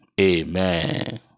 Amen